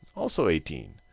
also eighteen.